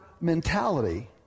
mentality